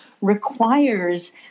requires